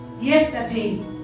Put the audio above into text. Yesterday